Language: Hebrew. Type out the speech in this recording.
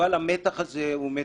מתח בריא.